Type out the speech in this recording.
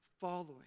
following